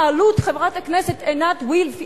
חברת הכנסת עינת וילף,